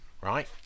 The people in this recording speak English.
Right